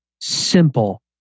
simple